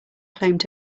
claimed